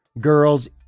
girls